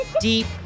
deep